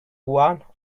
one